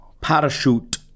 Parachute